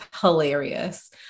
hilarious